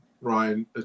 Ryan